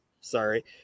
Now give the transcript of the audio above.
Sorry